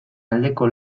aldeko